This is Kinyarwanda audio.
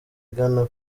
igana